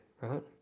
right